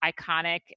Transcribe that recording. iconic